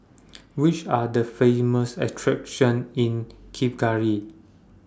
Which Are The Famous attractions in Kigali